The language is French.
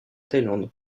thaïlande